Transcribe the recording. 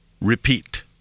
repeat